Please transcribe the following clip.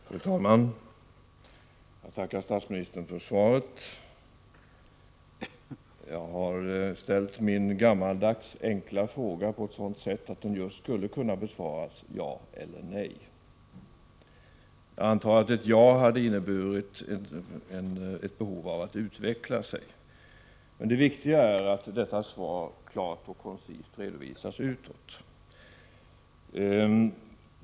Fru talman! Jag tackar statsministern för svaret. Jag har framställt min gammaldags ”enkla fråga” på ett sådant sätt att den skulle kunna besvaras just med ett ja eller ett nej. Jag antar att ett ja hade inneburit att statsministern känt ett behov av att utveckla svaret. Det viktiga är emellertid att svaret klart och koncist redovisas utåt.